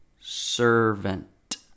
servant